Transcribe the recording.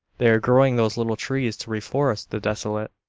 they are growing those little trees to reforest the desolate,